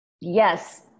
Yes